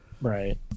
right